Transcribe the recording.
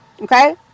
Okay